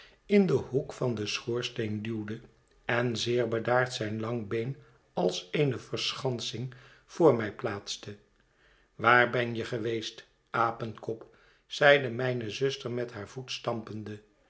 in den hoek van den schoorsteen duwde en zeer bedaard zijn lang been als eene verschansing vr mij plaatste waar ben je geweest apenkop zeide mijne zuster met haar